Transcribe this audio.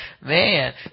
Man